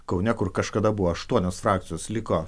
kaune kur kažkada buvo aštuonios frakcijos liko